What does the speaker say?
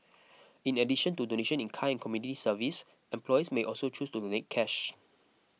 in addition to donation in kind community service employees may also choose to donate cash